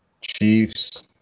Chiefs